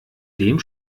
dem